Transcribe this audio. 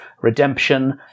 redemption